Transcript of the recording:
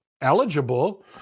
eligible